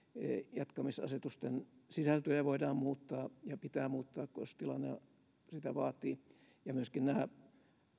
jatkamisasetusten sisältöjä voidaan muuttaa ja pitää muuttaa jos tilanne sitä vaatii ja myöskin nämä